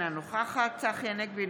אינה נוכחת צחי הנגבי,